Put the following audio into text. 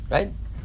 Right